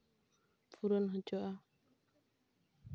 ᱯᱷᱩᱨᱟᱹᱱ ᱦᱚᱪᱚᱜᱼᱟ